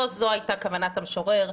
לא זו הייתה כוונת המשורר.